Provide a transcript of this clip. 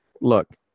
Look